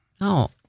no